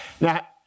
Now